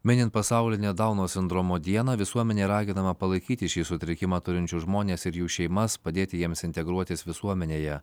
minint pasaulinę dauno sindromo dieną visuomenė raginama palaikyti šį sutrikimą turinčius žmones ir jų šeimas padėti jiems integruotis visuomenėje